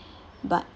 but